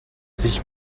sich